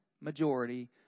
majority